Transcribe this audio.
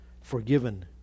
forgiven